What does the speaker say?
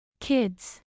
Kids